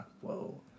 whoa